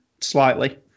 slightly